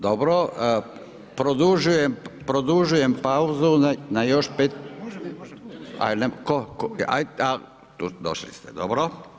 Dobro, produžujem pauzu na još 5 …… [[Upadica sa strane, ne razumije se.]] A došli ste, dobro.